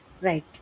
right